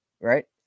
right